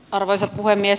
arvoisa puhemies